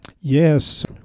Yes